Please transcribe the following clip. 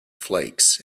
flakes